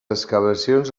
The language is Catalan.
excavacions